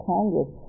Congress